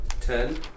Ten